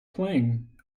playing